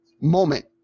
Moment